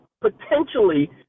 potentially